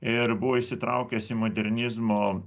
ir buvo įsitraukęs į modernizmo